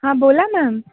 हां बोला मॅम